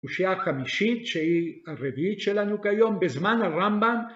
קושיה החמישית שהיא הרביעית שלנו כיום, בזמן הרמב״ם